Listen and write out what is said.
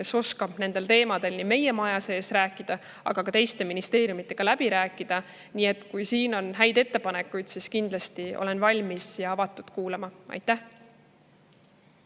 kes oskab nendel teemadel nii meie maja sees rääkida kui ka teiste ministeeriumidega läbi rääkida. Kui siin on häid ettepanekuid, siis olen kindlasti avatud ja valmis kuulama. Aitäh